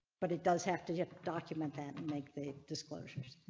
but it does have to get document that and make the disclosures.